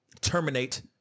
terminate